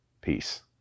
Peace